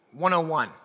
101